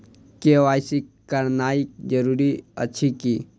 KYC करानाइ जरूरी अछि की?